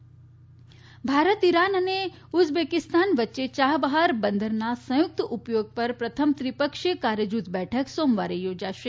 Chabahar બંદર Bharat Iran અને Uzbekistan વચ્ચે ચાબહાર બંદરના સંયુક્ત ઉપયોગ પર પ્રથમ ત્રિપક્ષીય કાર્ય જૂથ બેઠક સોમવારે યોજાશે